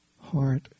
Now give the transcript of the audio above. heart